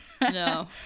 no